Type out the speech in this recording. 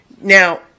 Now